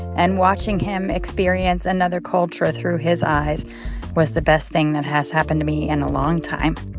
and watching him experience another culture through his eyes was the best thing that has happened to me in a long time